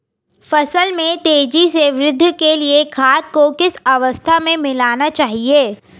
फसल में तेज़ी से वृद्धि के लिए खाद को किस अवस्था में मिलाना चाहिए?